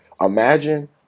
imagine